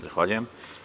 Zahvaljujem.